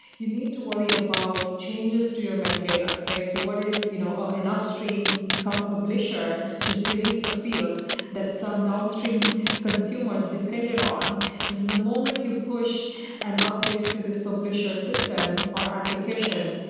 you need to worry about changes to your metadata. so what if you know an upstream publisher just deletes a field that some downstream consumers depended on, and so the moment you push an update to this publisher system or application,